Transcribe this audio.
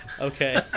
Okay